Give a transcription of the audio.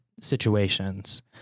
situations